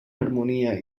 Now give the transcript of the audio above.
harmonia